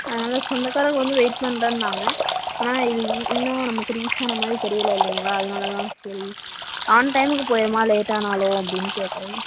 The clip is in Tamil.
அதனால் சொந்தகாரங்க வந்து வெயிட் பண்ணுறேன்னாங்க ஆனால் இது இன் இன்னும் நமக்கு ரீச் ஆன மாதிரி தெரியல இல்லைங்களா அதனால் தான் சரி ஆன் டைமுக்கு போய்விடுமா லேட் ஆனாலும் அப்படின்னு கேட்கறேன்